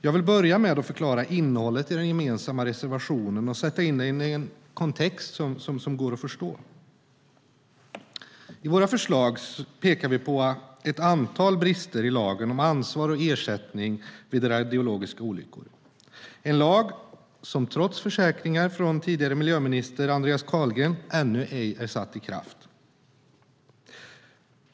Jag vill börja med att förklara innehållet i den gemensamma reservationen och sätta in det i en kontext som går att förstå. I våra förslag pekar vi på ett antal brister i lagen om ansvar och ersättning vid radiologiska olyckor, en lag som trots försäkringar från tidigare miljöminister Andreas Carlgren ännu ej är satt i kraft.